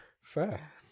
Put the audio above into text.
Fair